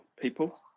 people